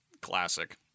Classic